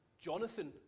Jonathan